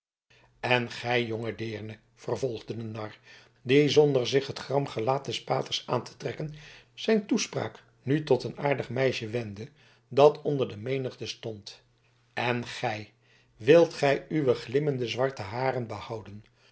en gij jonge deerne vervolgde de nar die zonder zich het gram gelaat des paters aan te trekken zijn toespraak nu tot een aardig meisje wendde dat onder de menigte stond en gij wilt gij uwe glimmende zwarte haren behouden